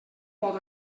pot